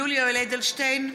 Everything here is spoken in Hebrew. (קוראת בשמות חברי הכנסת) יולי יואל אדלשטיין,